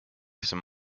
some